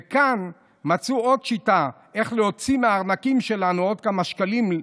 וכאן מצאו עוד שיטה איך להוציא מהארנקים שלנו עוד כמה שקלים.